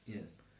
Yes